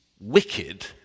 wicked